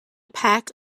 pack